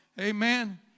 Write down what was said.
Amen